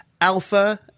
Alpha